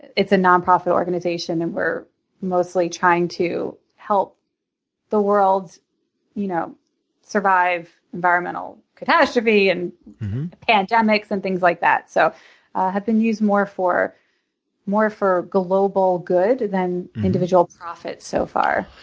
it's a non-profit organization and we're mostly trying to help the world you know survive environmental catastrophe and pandemics and things like that. so i've been used more for more for global good than individual profit so far.